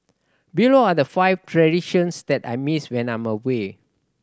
below are the five traditions that I miss when I'm away